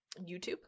YouTube